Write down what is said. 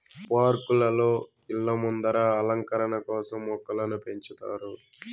పార్కులలో, ఇళ్ళ ముందర అలంకరణ కోసం మొక్కలను పెంచుతారు